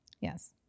Yes